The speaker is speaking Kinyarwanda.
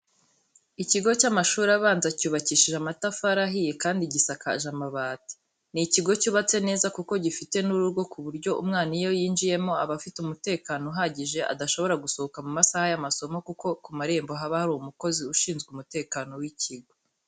Ikigo cy'amashuri abanza cyubakishije amatafari ahiye kandi gisakaje amabati. Ni ikigo cyubatse neza kuko gifite n'urugo ku buryo umwana iyo yinjiyemo aba afite umutekano uhagije, adashobora gusohoka mu masaha y'amasomo kuko ku marembo haba hari umukozi ushinzwe umutekano w'ikigo.